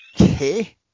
Okay